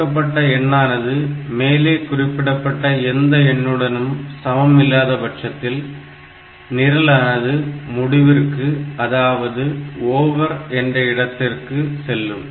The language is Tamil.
கொடுக்கப்பட்ட எண்ணானது மேலே குறிப்பிடப்பட்ட எந்த எண்ணுடனும் சமம் இல்லாத பட்சத்தில் நிரலானது முடிவிற்கு அதாவது ஓவர் என்ற இடத்திற்கு செல்லும்